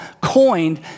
coined